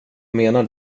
menar